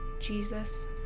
Jesus